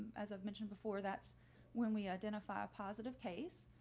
as i've mentioned before, that's when we identify a positive case.